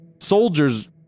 soldiers